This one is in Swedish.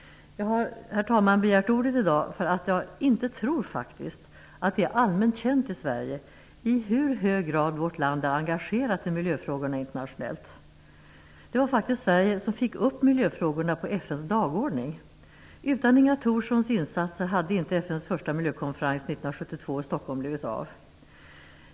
Jag har begärt ordet i dag därför att jag inte tror att det är allmänt känt i Sverige i hur hög grad vårt land är engagerat i miljöfrågorna internationellt. Det var faktiskt Sverige som fick upp miljöfrågorna på FN:s dagordning. Utan Inga Thorssons insatser hade inte FN:s första miljökonferens 1972 i Stockholm blivit av.